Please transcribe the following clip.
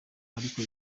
ariko